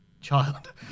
child